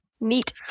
Neat